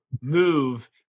move